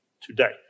today